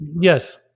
Yes